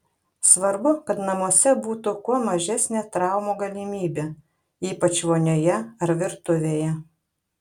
svarbu kad namuose būtų kuo mažesnė traumų galimybė ypač vonioje ar virtuvėje